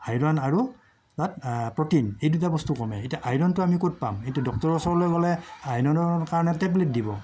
iron আৰু তাত protein এই দুটা বস্তু কমে এতিয়া আইৰণটো আমি ক'ত পাম এইটো ডক্তৰৰ ওচৰলৈ গ'লে আইৰণৰ কাৰণে টেবলেট দিব